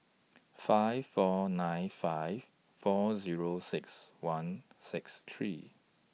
five four nine five four Zero six one six three